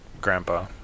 Grandpa